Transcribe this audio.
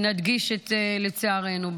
ונדגיש את "לצערנו".